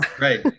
right